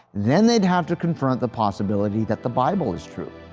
then they'd have to confront the possibility that the bible is true.